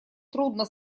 трудно